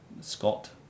Scott